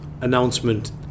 announcement